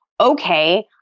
okay